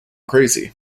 crazy